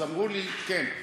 אמרו לי: כן,